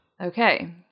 Okay